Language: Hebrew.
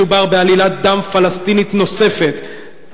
מדובר בעלילת דם פלסטינית נוספת,